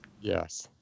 Yes